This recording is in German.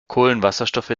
kohlenwasserstoffe